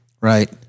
right